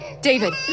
David